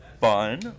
fun